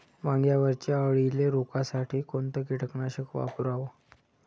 वांग्यावरच्या अळीले रोकासाठी कोनतं कीटकनाशक वापराव?